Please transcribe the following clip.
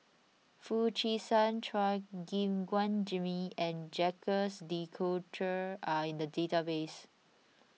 Foo Chee San Chua Gim Guan Jimmy and Jacques De Coutre are in the database